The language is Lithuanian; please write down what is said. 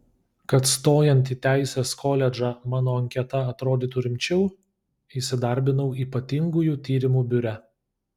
kad stojant į teisės koledžą mano anketa atrodytų rimčiau įsidarbinau ypatingųjų tyrimų biure